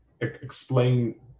explain